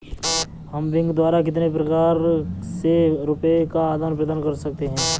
हम बैंक द्वारा कितने प्रकार से रुपये का आदान प्रदान कर सकते हैं?